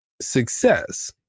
success